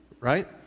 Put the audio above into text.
right